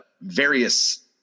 various